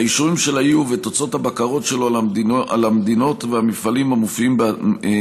האישורים של ה-EU ותוצאות הבקרות שלו על המדינות והמפעלים כאמור